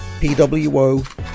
pwo